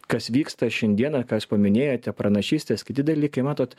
kas vyksta šiandieną ką jūs paminėjote pranašystės kiti dalykai matot